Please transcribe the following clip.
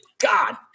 God